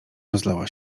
rozlała